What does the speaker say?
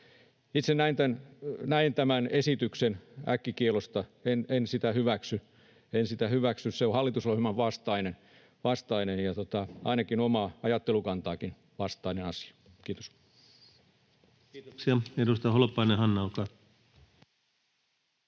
Itse näen tämän esityksen äkkikiellosta näin. En sitä hyväksy. En sitä hyväksy, se on hallitusohjelman vastainen ja ainakin oman ajattelukantanikin vastainen asia. — Kiitos. Kiitoksia. — Edustaja Holopainen, Hanna, olkaa